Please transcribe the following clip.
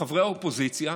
חברי האופוזיציה,